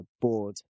board